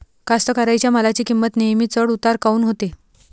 कास्तकाराइच्या मालाची किंमत नेहमी चढ उतार काऊन होते?